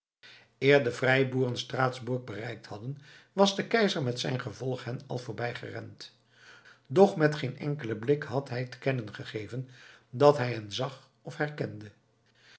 eer de vrijboeren straatsburg bereikt hadden was de keizer met zijn gevolg hen al voorbij gerend doch met geen enkelen blik had hij te kennen gegeven dat hij hen zag of herkende